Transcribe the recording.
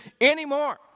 anymore